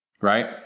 Right